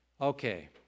Okay